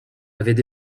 avaient